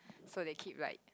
so they keep like